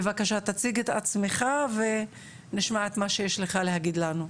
בבקשה תציג את עצמך ונשמע את מה שיש לך להגיד לנו.